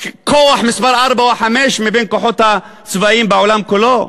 כוח מספר ארבע או חמש מבין הכוחות הצבאיים בעולם כולו?